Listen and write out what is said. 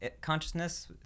consciousness